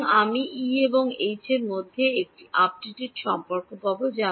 সুতরাং আমি E এবং H এর মধ্যে একটি আপডেটের সম্পর্ক পাব